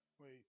Wait